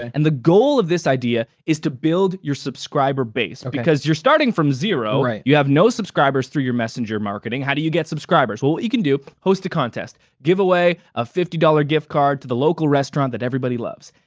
and the goal of this idea is to build your subscriber base. because you're starting from zero. you have no subscribers through your messenger marketing. how do you get subscribers? well what you can do host a contest. give away a fifty dollars gift card to the local restaurant that everybody loves.